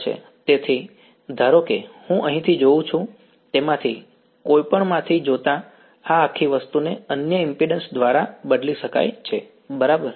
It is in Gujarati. તેથી ધારો કે હું અહીંથી જોઉં છું તેમાંથી કોઈપણમાંથી જોતાં આ આખી વસ્તુને અન્ય ઈમ્પિડ્ન્સ દ્વારા બદલી શકાય છે બરાબર